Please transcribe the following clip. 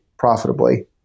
profitably